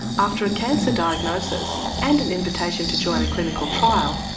after a cancer diagnosis and an invitation to join a clinical trial,